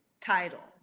Title